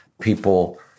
people